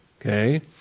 okay